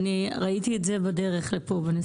ראיתי את זה בנסיעה בדרך לפה.